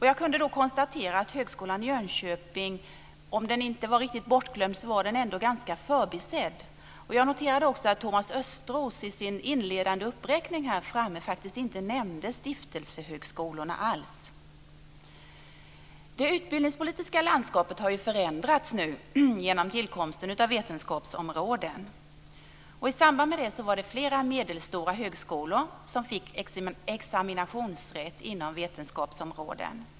Jag kunde då konstatera att Högskolan i Jönköping var, om inte riktigt bortglömd, ganska förbisedd. Jag noterade också att Thomas Östros i sin inledande uppräkning inte alls nämnde stiftelsehögskolorna. Det utbildningspolitiska landskapet har förändrats genom tillkomsten av vetenskapsområden. I samband med det fick flera medelstora högskolor examinationsrätt inom vetenskapsområden.